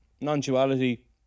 non-duality